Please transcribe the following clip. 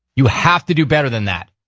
you have to do better than that.